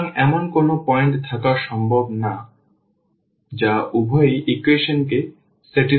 সুতরাং এমন কোনও পয়েন্ট থাকা সম্ভব নয় যা উভয় ইকুয়েশনকে সন্তুষ্ট করে